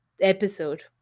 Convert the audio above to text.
episode